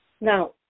Now